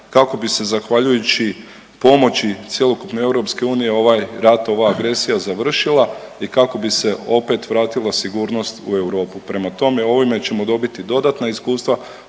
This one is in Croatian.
kako bi se zahvaljujući pomoći cjelokupne EU ovaj rat, ova agresija završila i kako bi se opet vratila sigurnost u Europu. Prema tome, ovim ćemo dobiti dodatna iskustva,